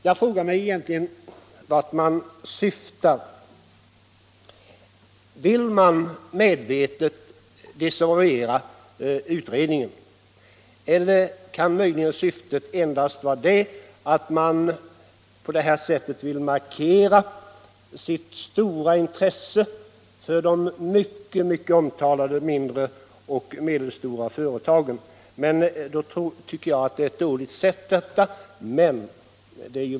Jag frågar mig vart de egentligen syftar. Vill man medvetet desavoucra utredningen celler kan syftet möjligen vara att man på det sättet bara vill markera sitt stora intresse för de mycket omtalade mindre och medelstora företagen?